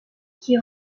qui